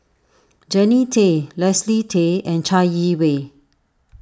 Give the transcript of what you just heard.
Jannie Tay Leslie Tay and Chai Yee Wei